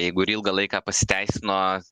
jeigu ir ilgą laiką pasiteisino